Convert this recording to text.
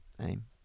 aim